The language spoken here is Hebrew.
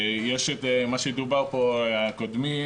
יש מה שדיבר פה קודמי,